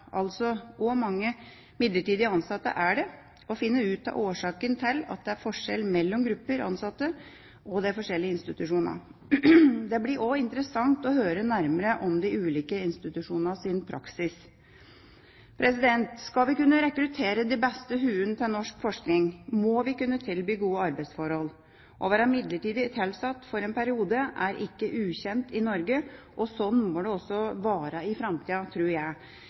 altså hvor mange midlertidig ansatte det er, og finne ut av årsaken til at det er forskjell mellom grupper ansatte og de forskjellige institusjonene. Det blir også interessant å høre nærmere om de ulike institusjonenes praksis. Skal vi kunne rekruttere de beste hodene til norsk forskning, må vi kunne tilby gode arbeidsforhold. Å være midlertidig ansatt for en periode er ikke ukjent i Norge, og slik må det også være i framtida, tror jeg.